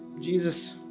Jesus